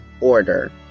order